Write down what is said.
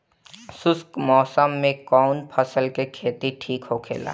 शुष्क मौसम में कउन फसल के खेती ठीक होखेला?